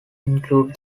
include